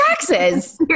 taxes